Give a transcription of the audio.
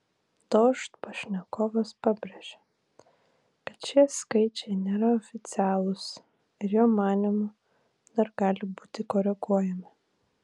dožd pašnekovas pabrėžė kad šie skaičiai nėra oficialūs ir jo manymu dar gali būti koreguojami